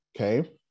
Okay